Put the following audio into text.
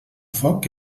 foc